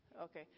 Okay